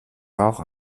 rauch